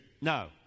No